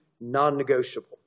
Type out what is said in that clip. non-negotiable